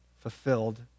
fulfilled